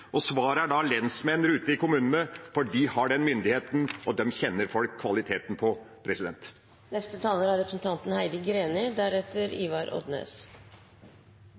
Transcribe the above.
Svaret er lensmenn ute i kommunene. For de har den myndigheten, og den kjenner folk kvaliteten på.